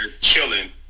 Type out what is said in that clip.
chilling